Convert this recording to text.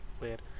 Weird